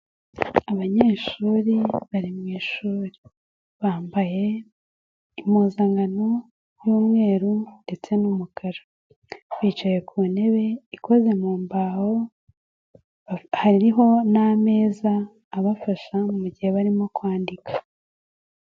Abanyeshuri bari mu ishuri. Bambaye, impuzankano, y'umweru ndetse n'umukara. Bicaye ku ntebe ikoze mu mbaho, hariho n'ameza abafasha mu gihe barimo kwandika.